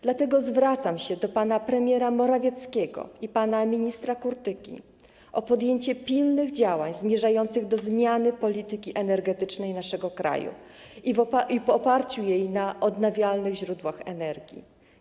Dlatego zwracam się do pana premiera Morawieckiego i pana ministra Kurtyki o podjęcie pilnych działań zmierzających do zmiany polityki energetycznej naszego kraju i oparcia jej na odnawialnych źródłach energii.